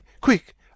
quick